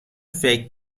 فکر